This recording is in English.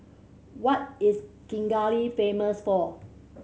what is Kigali famous for